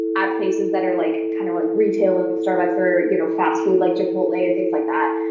at places that are, like, kind of, like, retail or starbucks or, you know, fast food like chipotle and things like that,